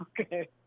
Okay